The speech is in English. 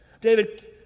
David